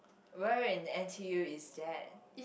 where in N_T_U is that